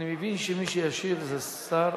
אני מבין שמי שישיב, השר